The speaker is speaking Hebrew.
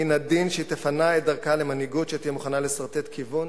מן הדין שהיא תפנה את מקומה למנהיגות שתהא מוכנה לסרטט כיוון